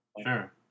Sure